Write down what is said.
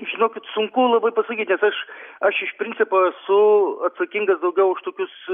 žinokit sunku labai pasakyti aš aš iš principo esu atsakingas daugiau už tokius